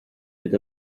with